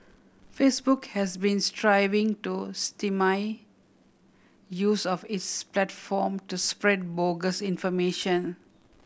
Facebook has been striving to stymie use of its platform to spread bogus information